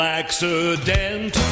accident